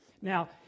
Now